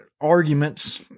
arguments